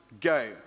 go